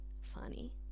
funny